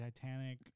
Titanic